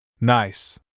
Nice